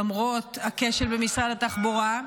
למרות הכשל במשרד התחבורה,